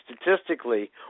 statistically